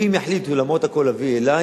אכבד את ההחלטות.